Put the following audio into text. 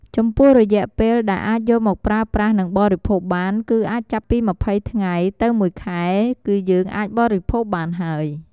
ចំពោះរយៈពេលដែលអាចយកមកប្រើប្រាស់និងបរិភោគបាន គឺអាចចាប់ពីម្ភៃថ្ងៃ ទៅមួយខែ គឺយើងអាចបរិភោគបានហើយ។